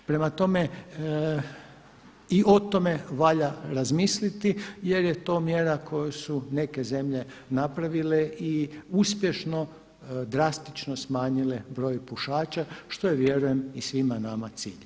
Prema tome, i o tome valja razmisliti jer je to mjera koju su neke zemlje napravile i uspješno drastično smanjile broj pušača što je vjerujem i svima nama cilj.